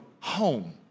home